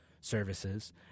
services